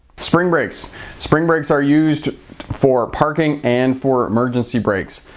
spring brakes spring brakes are used for parking and for emergency brakes.